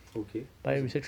okay 为什么